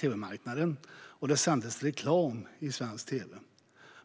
tv-marknaden och det sändes reklam i svensk tv.